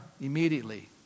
Immediately